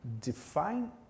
Define